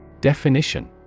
Definition